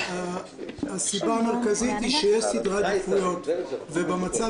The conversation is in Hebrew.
הסיבה המרכזית היא שיש סדרי עדיפויות ובמצב